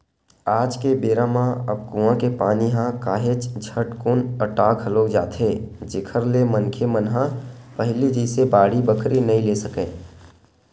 आज के बेरा म अब कुँआ के पानी ह काहेच झटकुन अटा घलोक जाथे जेखर ले मनखे मन ह पहिली जइसे बाड़ी बखरी नइ ले सकय